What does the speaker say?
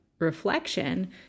reflection